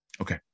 Okay